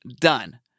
done